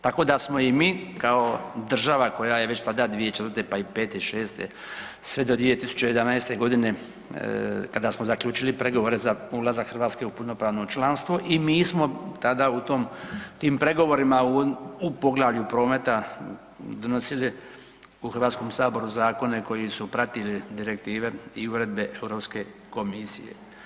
Tako da smo i mi kao država koja je već tada 2004. pa i pete i šeste sve do 2011. godine kada smo zaključili pregovore za ulazak Hrvatske u punopravno članstvo i mi smo tada u tim pregovorima u poglavlju prometa donosili u Hrvatskom saboru zakone koji su pratili direktive i uredbe Europske komisije.